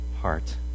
heart